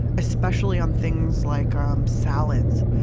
especially on things like um salads.